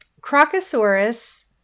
Crocosaurus